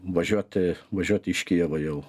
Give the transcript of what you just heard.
važiuoti važiuoti iš kijevo jau